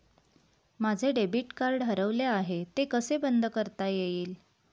माझे debit card हरवले आहे ते कसे बंद करता येईल?